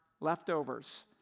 leftovers